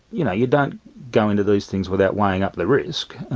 you know you don't go into these things without weighing up the risk.